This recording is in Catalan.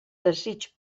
desig